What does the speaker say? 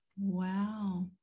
Wow